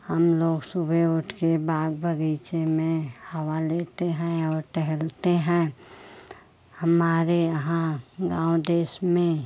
हम लोग सुबह उठकर बाग़ बग़ीचे में हवा लेते हैं और टहलते हैं हमारे यहाँ गाँव देश में